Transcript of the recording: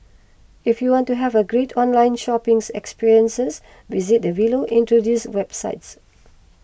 if you want to have a great online shopping experiences visit the below introduced websites